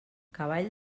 cavall